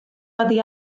oddi